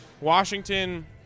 Washington